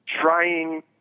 trying